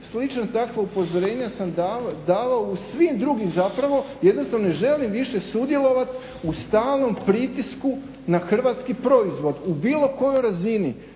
Slična takva upozorenja sam davao u svim drugim zapravo. Jednostavno ne želim više sudjelovati u stalnom pritisku na hrvatski proizvod u bilo kojoj razini.